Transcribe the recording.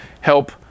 Help